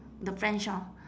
the french orh